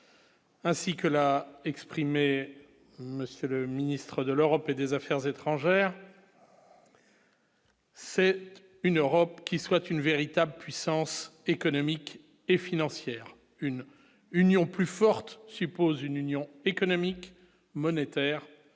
Ainsi que l'a exprimé monsieur le ministre de l'Europe et des Affaires étrangères. C'est une Europe qui soit une véritable puissance économique et financière, une Union plus forte suppose une union économique, monétaire